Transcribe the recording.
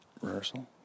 rehearsal